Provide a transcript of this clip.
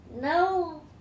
No